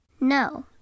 No